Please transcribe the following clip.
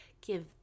give